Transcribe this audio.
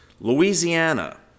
Louisiana